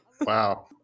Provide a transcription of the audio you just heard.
Wow